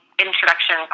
introduction